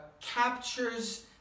captures